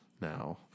now